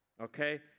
okay